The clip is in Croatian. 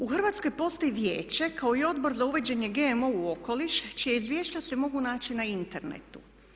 U Hrvatskoj postoji vijeće kao i Odbor za uvođenje GMO u okoliš čija izvješća se mogu naći na internetu.